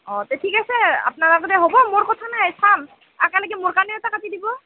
অঁ তে ঠিক আছে আপনাৰ লগতে হ'ব মোৰ কথা নাই চাম একেলগেই মোৰ কাৰণে এটা কাটি দিব